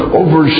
over